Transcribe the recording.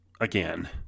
again